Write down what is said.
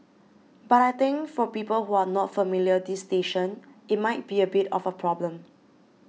but I think for people who are not familiar this station it might be a bit of a problem